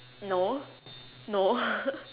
no no